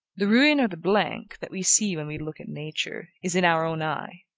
the ruin or the blank, that we see when we look at nature, is in our own eye.